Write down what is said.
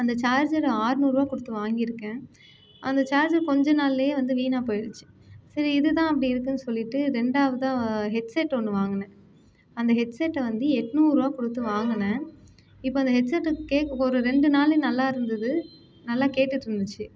அந்த சார்ஜர் ஆறுநூறுவா கொடுத்து வாங்கியிருக்கேன் அந்த சார்ஜர் கொஞ்சம் நாளிலையே வந்து வீணாக போயிடுச்சு சரி இது தான் அப்படி இருக்குன்நு சொல்லிட்டு ரெண்டாவதா ஹெட்செட் ஒன்று வாங்கினேன் அந்த ஹெட்செட்டை வந்து எட்டுநூறுவா கொடுத்து வாங்கினேன் இப்போ அந்த ஹெட்செட்டு கேட்க ஒரு ரெண்டு நாள் நல்லாயிருந்தது நல்லா கேட்டுட்டிருந்துச்சி